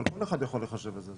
אבל כל אחד יכול לחשב את זה.